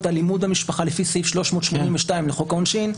אלימות במשפחה לפי סעיף 382 לחוק העונשין,